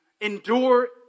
endure